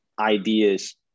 ideas